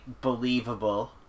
believable